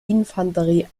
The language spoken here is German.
infanterie